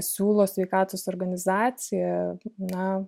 siūlo sveikatos organizacija na